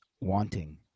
wanting